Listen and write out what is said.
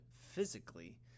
physically